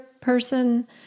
person